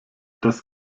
das